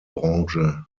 branche